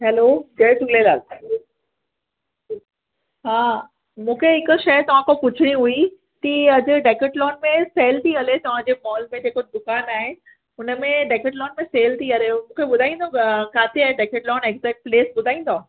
hello जय झूलेलाल हा मूंखे हिकु शइ तव्हांखों पुछणी हुई की अॼु डेकेथलॉन में सेल थी हले तव्हांजे मॉल में जेको दुकानु आहे हुनमें डेकेथलॉन में सेल थी हले मूंखे ॿुधाईंदो किथे आहे डेकेथलॉन एग्ज़ेक्ट प्लेस ॿुधाईंदो